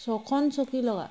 চখন চকী লগা